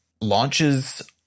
launches